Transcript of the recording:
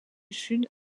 sud